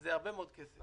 זה הרבה מאוד כסף.